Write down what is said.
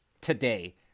today